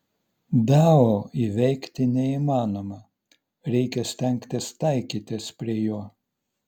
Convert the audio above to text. dao įveikti neįmanoma reikia stengtis taikytis prie jo